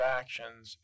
actions